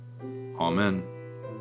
Amen